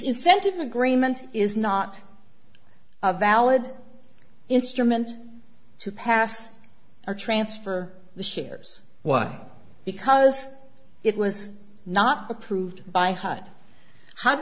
incentive agreement is not a valid instrument to pass or transfer the shares while because it was not approved by hut h